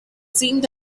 seemed